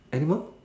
animal